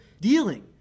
dealing